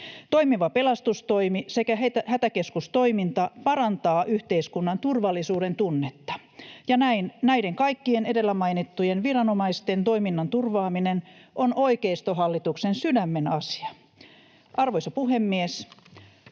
Toimiva pelastustoimi sekä hätäkeskustoiminta parantavat yhteiskunnan turvallisuudentunnetta. Näiden kaikkien edellä mainittujen viranomaisten toiminnan turvaaminen on oikeistohallituksen sydämenasia. Arvoisa puhemies!